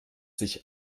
sich